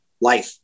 life